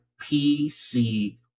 PC